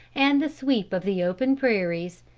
and the sweep of the open prairies.